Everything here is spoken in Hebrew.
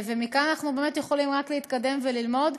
מכאן אנחנו רק יכולים להתקדם וללמוד.